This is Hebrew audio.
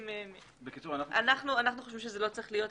אנחנו חושבים שזה לא צריך להיות.